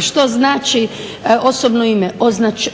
što znači osobno ime.